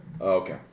Okay